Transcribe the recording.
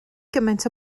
gymaint